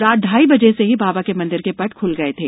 रात ढाई बजे से ही बाबा के मंदिर के पट ख्ल गए थे